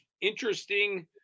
interesting